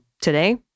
today